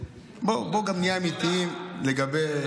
בואי נהיה אמיתיים לגבי,